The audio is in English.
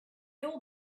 all